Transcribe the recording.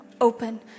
open